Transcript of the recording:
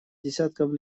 десятков